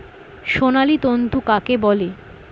সোনালী তন্তু কাকে বলে?